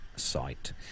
site